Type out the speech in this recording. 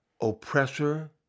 oppressor